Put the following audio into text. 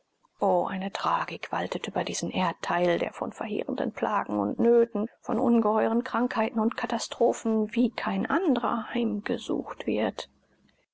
o eine tragik waltet über diesem erdteil der von verheerenden plagen und nöten von ungeheuren krankheiten und katastrophen wie kein andrer heimgesucht wird